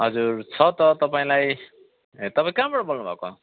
हजुर छ त तपाईँलाई ए तपाईँ कहाँबाट बोल्नुभएको